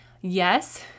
Yes